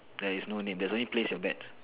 there is no name there's only place your bets